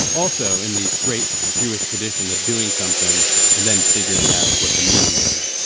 also in the great jewish tradition of doing something and then figuring out what the meaning is,